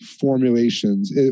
formulations